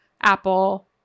Apple